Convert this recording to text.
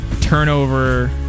Turnover